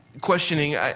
questioning